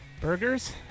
Burgers